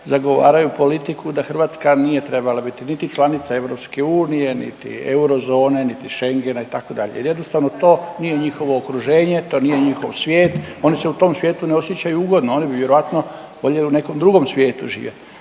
zagovaraju politiku da Hrvatska nije trebala biti niti članica EU, niti eurozone, niti schengena itd. jer jednostavno to nije njihovo okruženje, to nije njihov svijet. Oni se u tom svijetu ne osjećaju ugodno, oni bi vjerovatno voljeli u nekom drugom svijetu živjet,